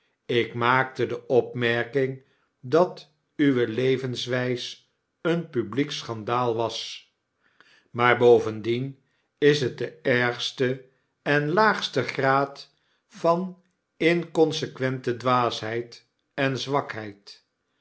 ik maakte de opmerking dat uwe levenswys een publiek schandaal was maar bovendien is het de ergste en de laagste graad van inconsequente dwaasheid en zwakheid